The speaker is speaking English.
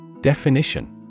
Definition